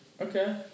Okay